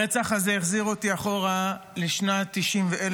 הרצח הזה החזיר אותי אחורה לשנת 1997,